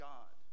God